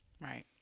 Right